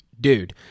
dude